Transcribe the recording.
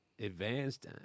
advanced